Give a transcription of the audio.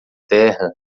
terra